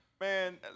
man